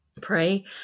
pray